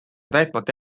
täitmata